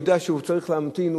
הוא יודע שהוא צריך להמתין,